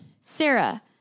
Sarah